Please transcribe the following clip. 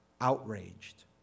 outraged